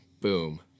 boom